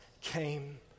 came